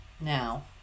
Now